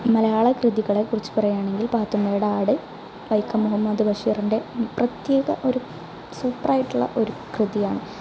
മലയാള കൃതികളെ കുറിച്ച് പറയുകയാണെങ്കിൽ പാത്തുമ്മയുടെ ആട് വൈക്കം മുഹമ്മദ് ബഷീറിൻ്റെ പ്രത്യേക ഒരു സൂപ്പർ ആയിട്ടുള്ള ഒരു കൃതിയാണ്